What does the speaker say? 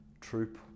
troop